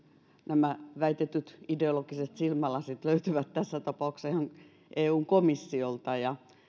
nämä väitetyt ideologiset silmälasit löytyvät tässä tapauksessa ihan eun komissiolta ja